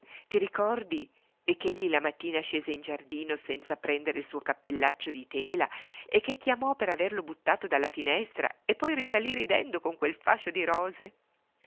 ti ricordi ch'egli la mattina scese in giardino senza prendere il suo cappellaccio di tela e che chiamò per averlo buttato dalla finestra e poi risalí ridendo con quel fascio di rose